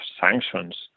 sanctions